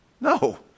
No